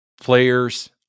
Players